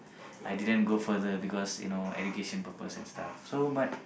I didn't go further because you know education purpose and stuff so but